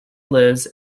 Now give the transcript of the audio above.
lives